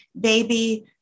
baby